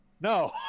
no